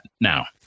now